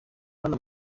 hano